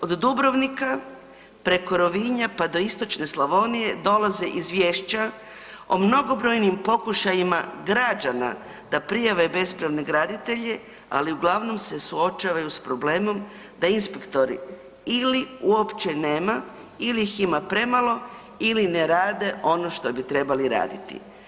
Od Dubrovnika, preko Rovinja pa do istočne Slavonije, dolaze izvješća o mnogobrojnim pokušajima građana da prijave bespravne graditelje, ali uglavnom se suočavaju s problemom da inspektori ili uopće nema ili ih ima premalo ili ne rade ono što bi trebali raditi.